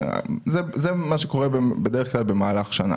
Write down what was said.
זה מה שקורה בדרך כלל במהלך שנה.